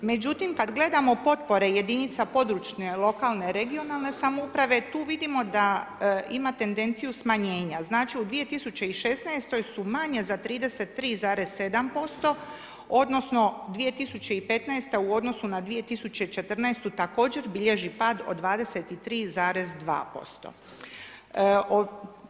Međutim, kad gledamo potpore jedinica područne, lokalne, regionalne samouprave, tu vidimo da ima tendenciju smanjenja, znači u 2016. su manje za 33,7%, odnosno 2015. u odnosu na 2014. također bilježi pad od 23,2%